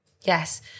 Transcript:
Yes